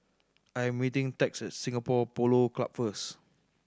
I am meeting Tex at Singapore Polo Club first